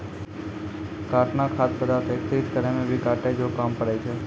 काटना खाद्य पदार्थ एकत्रित करै मे भी काटै जो काम पड़ै छै